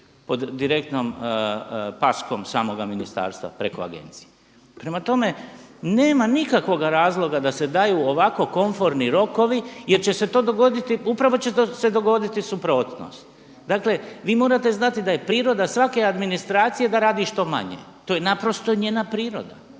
pod direktnom paskom samoga ministarstva preko agencije. Prema tome nema nikakvoga razloga da se daju ovako komforni rokovi jer će se to dogoditi, upravo će se dogoditi suprotnost. Dakle vi morate znati da je priroda svake administracije da radi što manje, to je naprosto njena priroda.